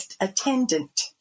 attendant